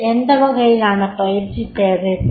எந்த வகையிலான பயிற்சி தேவைப்படும்